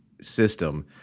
system